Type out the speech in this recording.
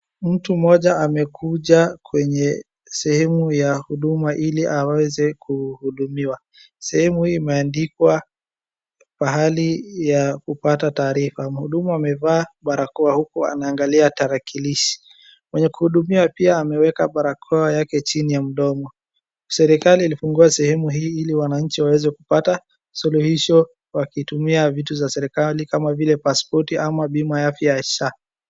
Mtu mmoja amekuja kwenye sehemu ya huduma ili aweze kuhudumiwa. Sehemu hii imeandikwa pahali ya kupata taarifa. Mhudumu amevaa barakoa huku anaangalia tarakilishi. Mwenye kuhudumiwa pia ameweka barakoa yake chini ya mdomo. Serikali ilifungua sehemu hii ili wananchi waweze kupata suluhisho wakitumia vitu za serikali kama vile paspoti ama bima ya afya ya sha.